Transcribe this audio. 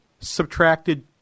subtracted